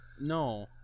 no